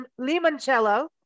limoncello